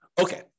Okay